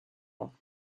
ans